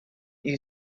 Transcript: you